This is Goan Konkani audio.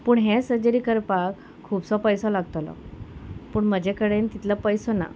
पूण हे सर्जरी करपाक खुबसो पयसो लागतलो पूण म्हजे कडेन तितलो पयसो ना